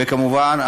וכמובן,